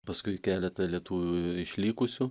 paskui keletą lietuvių išlikusių